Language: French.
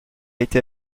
été